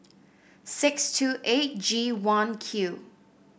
six two eight G one Q